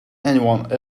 anyone